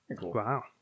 Wow